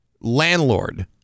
landlord